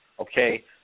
Okay